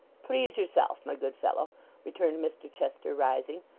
please yourself my good fellow returned mr chester rising,